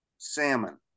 salmon